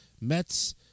met's